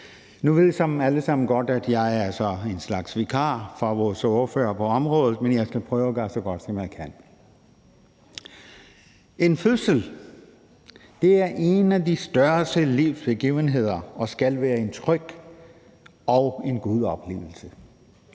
Nu ved I alle sammen godt, at jeg er en slags vikar for vores ordfører på området, men jeg skal prøve at gøre det så godt, som jeg kan. En fødsel er en af de største livsbegivenheder og skal være en tryg og god oplevelse.